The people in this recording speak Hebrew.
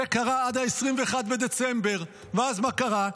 זה קרה עד 21 בדצמבר, ואז מה קרה?